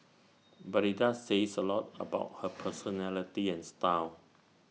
but IT does says A lot about her personality and style